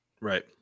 Right